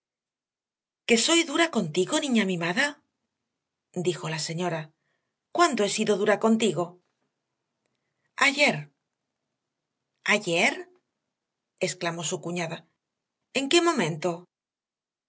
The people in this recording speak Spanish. que soy dura contigo niña mimada dijo la señora cuándo he sido dura contigo ayer ayer exclamó su cuñada en qué momento